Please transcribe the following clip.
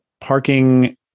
parking